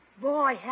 Boy